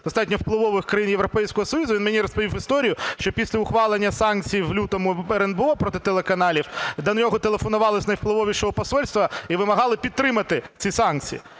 достатньо впливових країн Європейського Союзу. Він мені розповів історію, що після ухвалення санкцій в лютому РНБО проти телеканалів, до нього телефонували з найвпливовішого посольства і вимагали підтримати ці санкції.